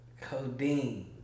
Codeine